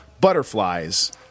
butterflies